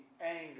Anger